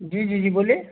जी जी जी बोलिए